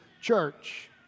church